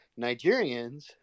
Nigerians